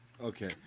Okay